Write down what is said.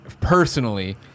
personally